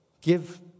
give